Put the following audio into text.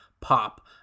pop